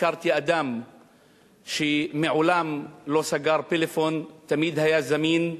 הכרתי אדם שמעולם לא סגר פלאפון, תמיד היה זמין,